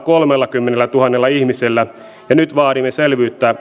kolmellakymmenellätuhannella ihmisellä ja nyt vaadimme selvyyttä